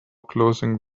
closing